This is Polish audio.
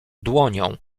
dłonią